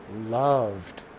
loved